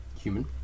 Human